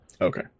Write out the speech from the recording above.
Okay